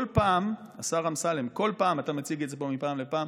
כל פעם, השר אמסלם, אתה מציג את זה פה מפעם לפעם,